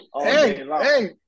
hey